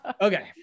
Okay